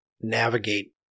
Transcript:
navigate